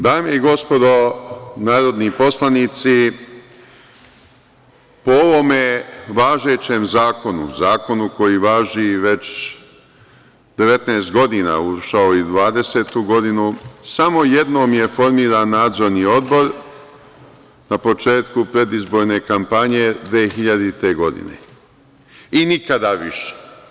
Dame i gospodo narodni poslanici, po ovom važećem zakonu, zakonu koji važi već 19 godina, ušao je i u 20. godinu, samo jednom je formiran Nadzorni odbor na početku predizborne kampanje 2000. godine i nikada više.